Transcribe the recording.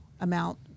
amount